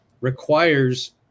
requires